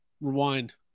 rewind